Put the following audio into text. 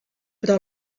però